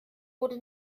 wurde